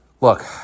Look